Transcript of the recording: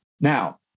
now